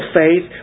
faith